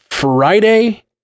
friday